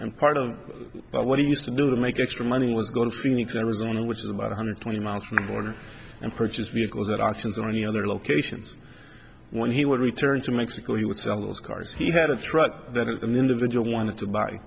and part of what he used to do to make extra money was going to phoenix arizona which is about one hundred twenty miles from the border and purchased vehicles that actions or any other locations when he would return to mexico he would sell those cars he had a truck that an individual wanted to buy